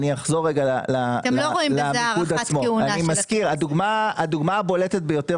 אני אחזור למיקוד עצמו, הדוגמה הבולטת ביותר